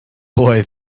boy